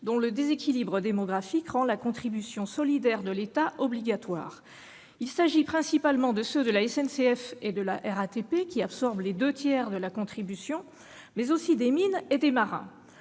dont le déséquilibre démographique rend la contribution solidaire de l'État obligatoire. Il s'agit principalement de ceux de la SNCF et de la RATP, qui absorbent les deux tiers de la contribution, mais aussi de ceux des mines et des marins.